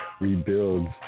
rebuilds